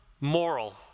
moral